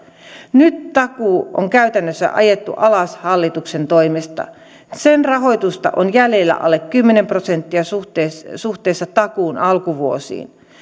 nyt takuu on käytännössä ajettu alas hallituksen toimesta sen rahoitusta on jäljellä alle kymmenen prosenttia suhteessa suhteessa takuun alkuvuosiin